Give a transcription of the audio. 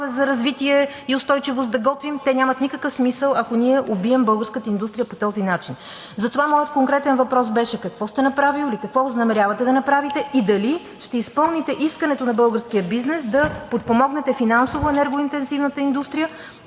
за развитие и устойчивост да готвим, те нямат никакъв смисъл, ако ние убием българската индустрия по този начин. Затова моят конкретен въпрос беше: какво сте направил и какво възнамерявате да направите и дали ще изпълните искането на българския бизнес да подпомогнете финансово енергоинтензивната индустрия,